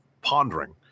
pondering